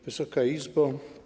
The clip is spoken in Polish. Wysoka Izbo!